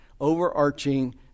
overarching